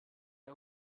den